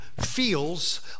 feels